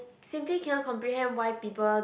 simply cannot comprehend why people